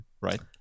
right